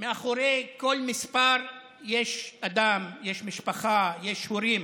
מאחורי כל מספר יש אדם, יש משפחה, יש הורים.